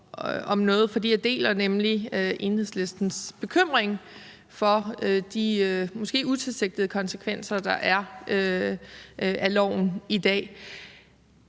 om noget, for jeg deler nemlig Enhedslistens bekymring for de måske utilsigtede konsekvenser af loven, som